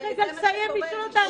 תנו לי לסיים לשאול אותה.